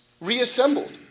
reassembled